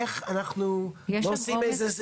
איך אנחנו לא עושים,